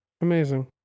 Amazing